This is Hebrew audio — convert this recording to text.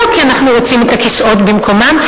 לא כי אנחנו רוצים את הכיסאות במקומם,